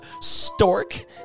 stork